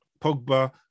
Pogba